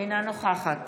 אינה נוכחת